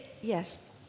yes